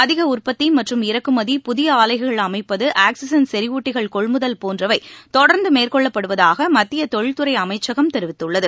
அதிக உற்பத்தி மற்றும் இறக்குமதி புதிய ஆலைகள் அமைப்பது ஆக்சிஜன் செறிவூட்டிகள் கொள்முதல் போன்றவை தொடர்ந்து மேற்கொள்ளப்படுவதாக மத்திய தொழில் துறை அமைச்சகம் தெரிவித்துள்ளது